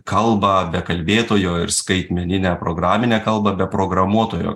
kalbą be kalbėtojo ir skaitmeninę programinę kalbą be programuotojo